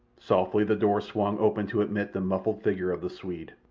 softly the door swung open to admit the muffled figure of the swede.